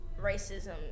racism